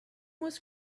was